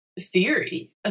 theory